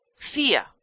Fear